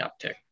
uptick